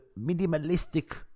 minimalistic